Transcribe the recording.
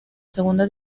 segunda